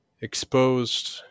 exposed